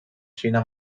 xina